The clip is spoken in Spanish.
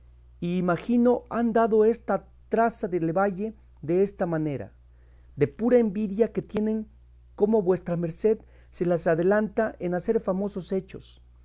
imagino han dado esta traza de llevalle desta manera de pura envidia que tienen como vuestra merced se les adelanta en hacer famosos hechos